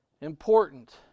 important